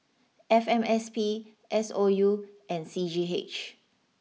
F M S P S O U and C G H